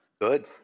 Good